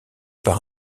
par